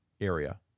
area